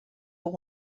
been